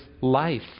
life